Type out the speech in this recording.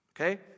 Okay